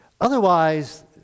Otherwise